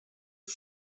het